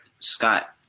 Scott